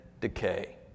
decay